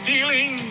Feeling